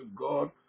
God